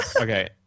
Okay